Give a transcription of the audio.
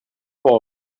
boy